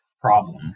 problem